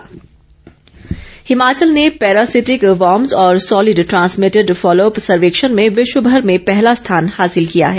विपिन परमार हिमाचल ने पैरासिटिक वॉर्भज और सॉलिड ट्रांसमिटेड फॉलो अप सर्वेक्षण में विश्व भर में पहला स्थान हासिल किया है